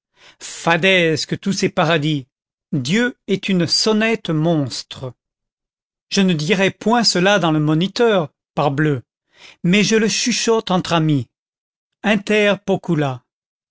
fadaises que tous ces paradis dieu est une sonnette monstre je ne dirais point cela dans le moniteur parbleu mais je le chuchote entre amis inter pocula